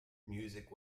music